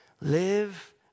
live